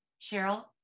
Cheryl